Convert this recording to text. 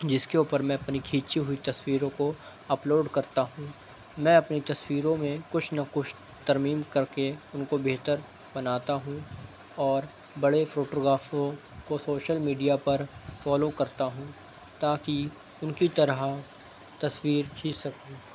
جس کے اوپر میں اپنی کھینچی ہوئی تصویروں کو اپلوڈ کرتا ہوں میں اپنی تصویروں میں کچھ نہ کچھ ترمیم کر کے ان کو بہتر بناتا ہوں اور بڑے فوٹو گراف کو کو سوشل میڈیا پر فالو کرتا ہوں تاکہ ان کی طرح تصویر کھینچ سکوں